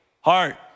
heart